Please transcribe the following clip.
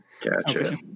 gotcha